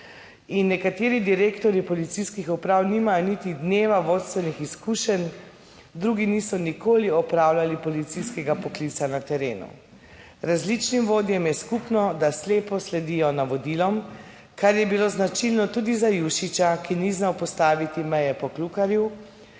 nekateri direktorji policijskih uprav nimajo niti dneva vodstvenih izkušenj, drugi niso nikoli opravljali policijskega poklica na terenu. Različnim vodjem je skupno, da slepo sledijo navodilom, kar je bilo značilno tudi za Jušića, ki ni znal postaviti meje Poklukarju